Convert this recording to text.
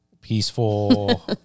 peaceful